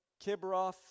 Kibroth